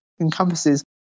encompasses